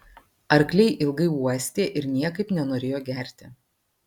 arkliai ilgai uostė ir niekaip nenorėjo gerti